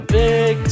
big